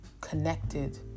connected